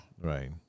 Right